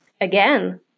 Again